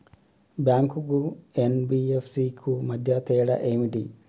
Bank కు NBFC కు మధ్య తేడా ఏమిటి?